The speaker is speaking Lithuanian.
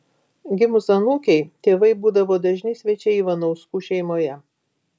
gimus anūkei tėvai būdavo dažni svečiai ivanauskų šeimoje